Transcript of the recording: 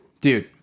dude